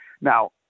Now